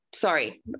Sorry